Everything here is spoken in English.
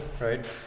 right